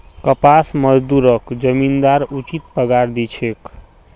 कपास मजदूरक जमींदार उचित पगार दी छेक